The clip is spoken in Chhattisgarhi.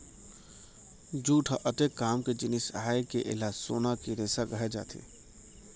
जूट ह अतेक काम के जिनिस आय के एला सोना के रेसा कहे जाथे